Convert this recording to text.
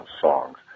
songs